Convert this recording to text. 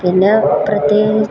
പിന്നെ പ്രത്യേകിച്ച്